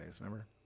Remember